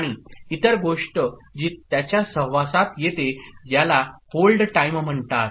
आणि इतर गोष्ट जी त्याच्या सहवासात येते याला होल्ड टाइम म्हणतात